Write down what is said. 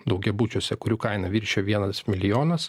daugiabučiuose kurių kaina viršijo vienas miljonas